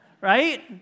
right